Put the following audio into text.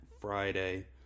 Friday